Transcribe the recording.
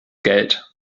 geld